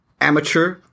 amateur